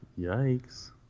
Yikes